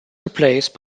replaced